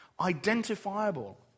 identifiable